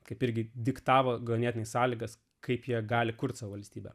kaip irgi diktavo ganėtinai sąlygas kaip jie gali kurti savo valstybę